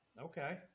okay